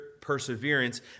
perseverance